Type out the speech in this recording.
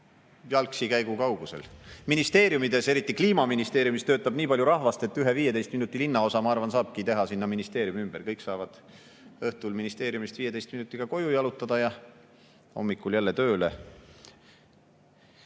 jalutuskäigu kaugusel. Ministeeriumides, eriti Kliimaministeeriumis, töötab nii palju rahvast, et ühe 15 minuti linnaosa, ma arvan, saabki teha sinna ministeeriumi ümber. Kõik saavad õhtul ministeeriumist 15 minutiga koju ja hommikul jälle tööle